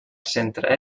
centre